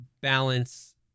balance